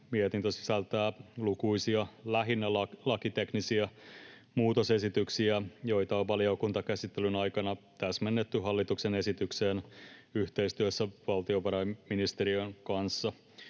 Mietintö sisältää lukuisia, lähinnä lakiteknisiä muutosesityksiä, joita on valiokuntakäsittelyn aikana täsmennetty hallituksen esitykseen yhteistyössä valtiovarainministeriön kanssa.